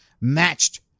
matched